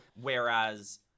Whereas